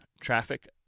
traffic